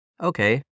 Okay